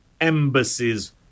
embassies